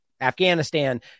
Afghanistan